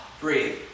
breathe